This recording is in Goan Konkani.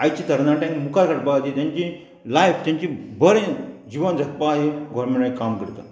आयचीं तरणाट्यांक मुखार काडपाक तांची लायफ तांचें बरें जिवन जगपा हें गोरमेंटाक काम करता